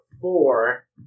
four